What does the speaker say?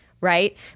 right